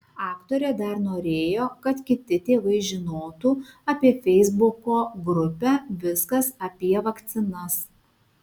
aktorė dar norėjo kad kiti tėvai žinotų apie feisbuko grupę viskas apie vakcinas